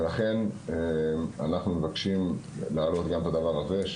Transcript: לכן אנחנו מבקשים להעלות גם את הדבר הזה,